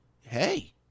hey